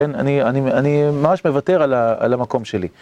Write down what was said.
כן, אני אני אני ממש מוותר על המקום שלי.